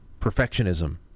perfectionism